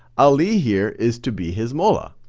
ali here is to be his mawla.